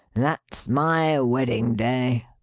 that's my wedding-day,